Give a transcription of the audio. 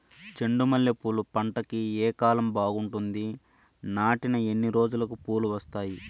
చెండు మల్లె పూలు పంట కి ఏ కాలం బాగుంటుంది నాటిన ఎన్ని రోజులకు పూలు వస్తాయి